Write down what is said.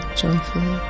joyfully